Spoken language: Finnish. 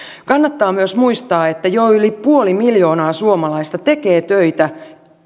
kannattaa myös muistaa että jo yli puoli miljoonaa suomalaista tekee töitä